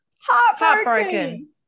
heartbroken